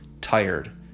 tired